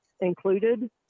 included